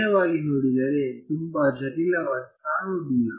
ನೇರವಾಗಿ ನೋಡಿದರೆ ತುಂಬಾ ಜಟಿಲವಾಗಿ ಕಾಣುವುದಿಲ್ಲ